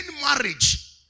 marriage